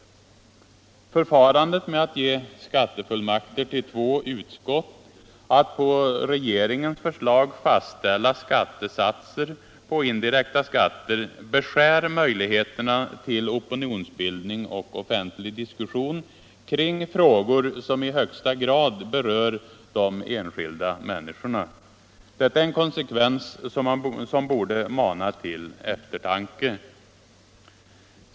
Förfarandet att ge skattefullmakter till två utskott att på regeringens förslag fastställa skattesatser på indirekta skatter beskär möjligheterna till opinionsbildning och offentlig diskussion kring frågor som i högsta grad berör de enskilda människorna. Detta är en konsekvens som borde mana till eftertanke.